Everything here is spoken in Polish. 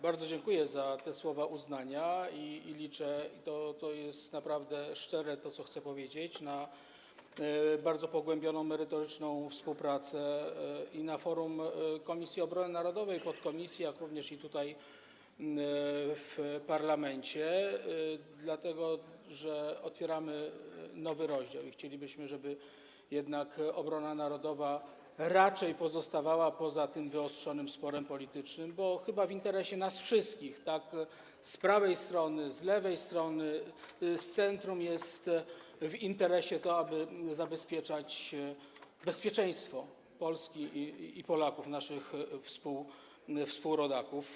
Bardzo dziękuję za te słowa uznania i liczę - to co chcę powiedzieć, jest naprawdę szczere - na bardzo pogłębioną, merytoryczną współpracę na forum Komisji Obrony Narodowej, podkomisji, jak również tutaj, w parlamencie, dlatego że otwieramy nowy rozdział i chcielibyśmy, żeby jednak obrona narodowa raczej pozostawała poza tym wyostrzonym sporem politycznym, bo chyba w interesie nas wszystkich tak z prawej strony, z lewej strony, jak i z centrum jest to, aby zapewniać bezpieczeństwo Polski i Polaków, naszych współrodaków.